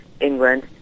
England